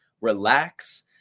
relax